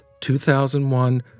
2001